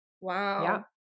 Wow